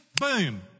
Boom